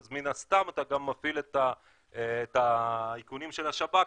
אז מן הסתם אתה גם מפעיל את האיכונים של השב"כ,